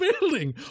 building